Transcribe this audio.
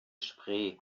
spree